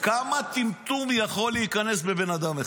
כמה טמטום יכול להיכנס בבן אדם,